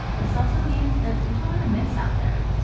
this also means that there's a lot of myths out there.